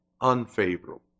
unfavorable